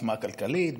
בעוצמה הכלכלית,